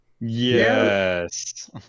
yes